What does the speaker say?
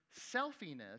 selfiness